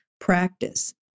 practice